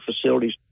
facilities